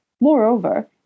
Moreover